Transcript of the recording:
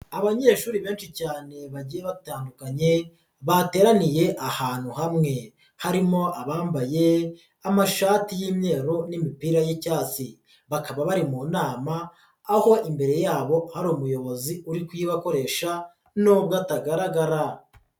Abanyeshuri benshi cyane bagiye batandukanye, bateraniye ahantu hamwe, harimo abambaye, amashati y'imyeru n'imipira y'icyatsi, bakaba bari mu nama, aho imbere yabo hari umuyobozi uri kuyibakoresha nubwo tagaragara.